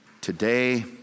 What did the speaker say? Today